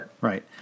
Right